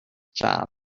job